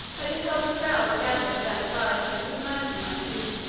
i beheld a crowd gather to that side which was most in my view.